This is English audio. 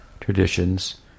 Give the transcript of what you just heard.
traditions